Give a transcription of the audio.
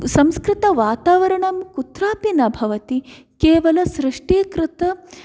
संस्कृतवातावरणं कुत्रापि न भवति केवलं सृष्टीकृतं